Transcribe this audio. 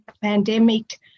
pandemic